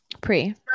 Pre